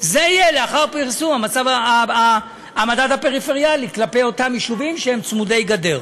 זה יהיה לאחר פרסום המדד הפריפריאלי כלפי אותם יישובים שהם צמודי גדר.